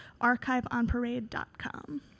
archiveonparade.com